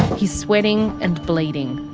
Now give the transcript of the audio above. he is sweating and bleeding.